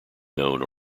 known